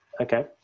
okay